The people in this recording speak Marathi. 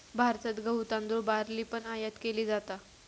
भारतात गहु, तांदुळ, बार्ली पण आयात केली जाता